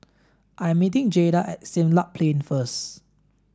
I'm meeting Jaeda at Siglap Plain first